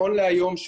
נכון להיום,